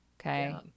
Okay